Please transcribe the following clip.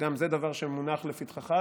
וגם זה דבר שמונח לפתחך,